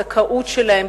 הזכאות שלהן,